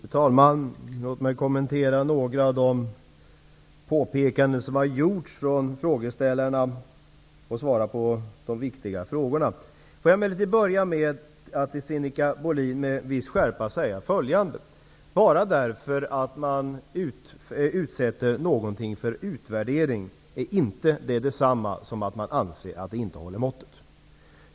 Fru talman! Låt mig kommentera några av de påpekanden som har gjorts från de tidigare talarna och svara på de viktiga frågorna. Jag vill emellertid börja med att med viss skärpa till Sinikka Bohlin säga följande. Bara för att man utsätter något för utvärdering är det inte detsamma som att man anser att det inte håller måttet.